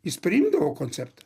jis priimdavo konceptą